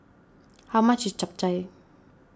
how much is Chap Chai